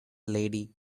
lady